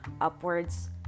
upwards